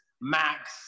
Max